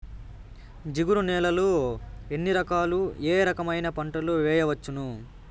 జిగురు నేలలు ఎన్ని రకాలు ఏ రకమైన పంటలు వేయవచ్చును?